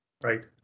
right